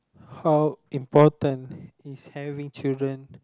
how important is having children